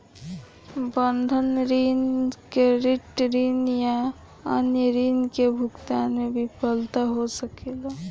बंधक ऋण, क्रेडिट ऋण या अन्य ऋण के भुगतान में विफलता हो सकेला